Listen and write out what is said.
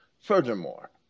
furthermore